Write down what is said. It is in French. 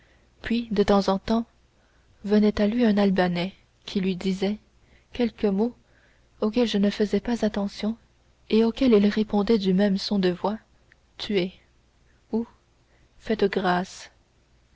puis de temps en temps venait à lui un albanais qui lui disait quelques mots auxquels je ne faisais pas attention et auxquels il répondait du même son de voix tuez ou faites grâce